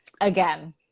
again